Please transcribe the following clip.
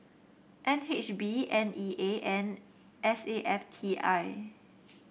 N H B N E A and S A F T I